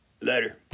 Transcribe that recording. Later